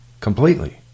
Completely